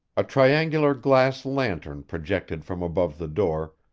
a triangular glass lantern projected from above the door,